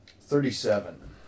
Thirty-seven